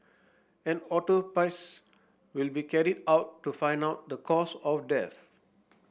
an autopsy will be carried out to find out the cause of death